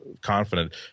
confident